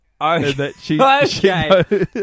Okay